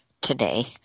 today